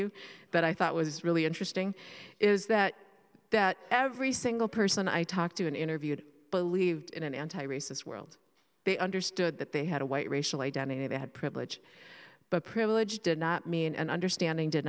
you but i thought was really interesting is that that every single person i talked to and interviewed believed in an anti racist world they understood that they had a white racial identity they had privilege but privilege did not mean and understanding did